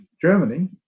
Germany